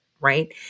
right